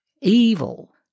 evil